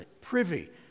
privy